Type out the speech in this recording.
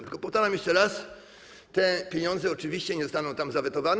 Tylko, powtarzam jeszcze raz, że te pieniądze oczywiście nie zostaną zawetowane.